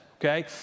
Okay